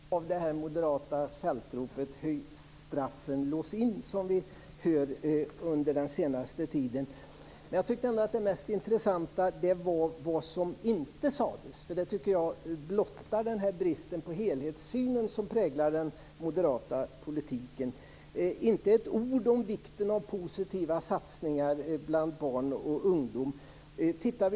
Fru talman! Det var intressant att lyssna till Anders G Högmark även om anförandet inte innehöll så mycket av det moderata fältropet "höj straffen, lås in!" som vi hört under den senaste tiden. Jag tyckte nog ändå att det mest intressanta var vad som inte sades. Det tycker jag blottade den brist på helhetssyn som präglar den moderata politiken. Det fanns inte ett ord om vikten av positiva satsningar bland barn och ungdomar.